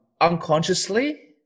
unconsciously